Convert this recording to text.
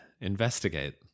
investigate